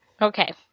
okay